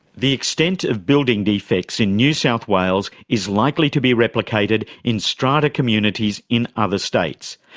the extent of building defects in new south wales is likely to be replicated in strata communities in other states.